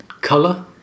color